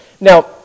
now